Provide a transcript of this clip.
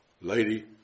lady